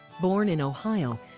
born in ohio,